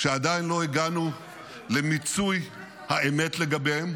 שעדיין לא הגענו למיצוי האמת לגביהן,